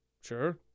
Sure